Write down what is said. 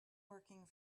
working